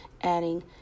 adding